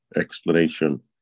explanation